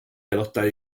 aelodau